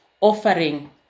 offering